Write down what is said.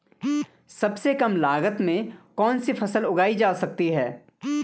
सबसे कम लागत में कौन सी फसल उगाई जा सकती है